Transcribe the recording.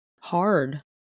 hard